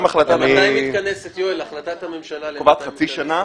היא קובעת חצי שנה.